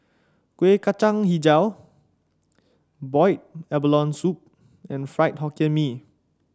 Kuih Kacang hijau Boiled Abalone Soup and Fried Hokkien Mee